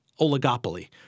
oligopoly